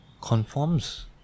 conforms